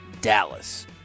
Dallas